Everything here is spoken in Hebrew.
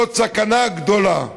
זאת סכנה גדולה.